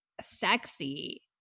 sexy